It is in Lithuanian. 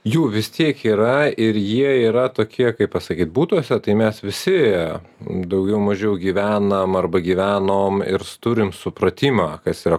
jų vis tiek yra ir jie yra tokie kaip pasakyt butuose tai mes visi daugiau mažiau gyvenam arba gyvenom ir turim supratimą kas yra